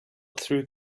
through